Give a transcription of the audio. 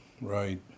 right